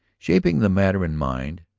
shaping the matter in mind.